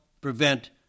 prevent